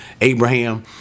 Abraham